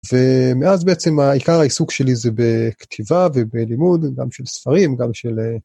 ומאז בעצם עיקר העיסוק שלי זה בכתיבה ובלימוד, גם של ספרים, גם של...